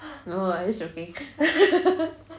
no lah just joking